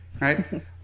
right